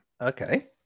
Okay